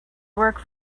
work